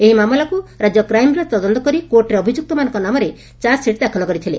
ଏହି ମାମଲାକୁ ରାଜ୍ୟ କ୍ରାଇମବ୍ରାଞ ତଦନ୍ତ କରି କୋର୍ଟରେ ଅଭିଯୁକ୍ତମାନଙ୍କ ନାମରେ ଚାର୍ଜସିଟ୍ ଦାଖଲ କରିଥିଲେ